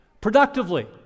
productively